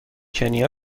کنیا